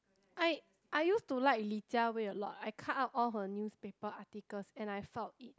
I I used to like Li-Jia-Wei a lot I cut out all her newspaper articles and I filed it